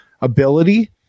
ability